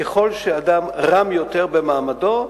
ככל שאדם רם יותר במעמדו,